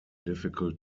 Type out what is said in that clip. difficult